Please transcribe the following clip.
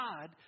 God